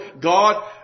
God